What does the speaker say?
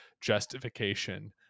justification